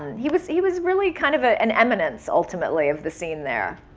he was he was really kind of ah an eminence, ultimately, of the scene there.